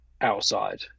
outside